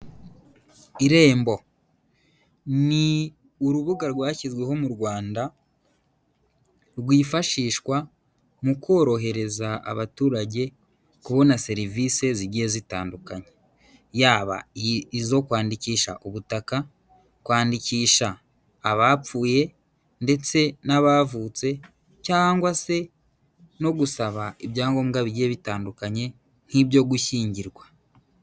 Irembo ni urubuga rwashyizweho mu Rwanda rwifashishwa mu korohereza abaturage kubona serivise zigiye zitandukanye, yaba izo kwandikisha ubutaka, kwandikisha abapfuye ndetse n'abavutse cyangwa se no gusaba ibyangombwa bigiye bitandukanye nk'ibyo gushyingirwa.